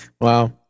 Wow